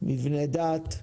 מבני דת,